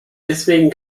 deswegen